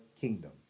kingdom